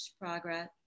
progress